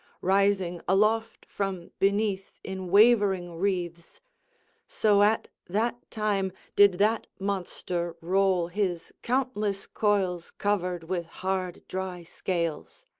rising aloft from beneath in wavering wreaths so at that time did that monster roll his countless coils covered with hard dry scales.